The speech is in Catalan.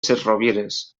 sesrovires